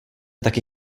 taky